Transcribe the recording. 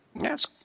Yes